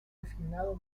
designado